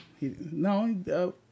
no